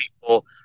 people